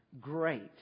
great